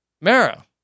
Mara